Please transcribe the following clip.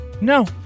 No